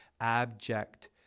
abject